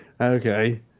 Okay